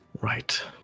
Right